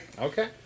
Okay